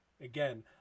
Again